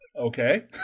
Okay